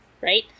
right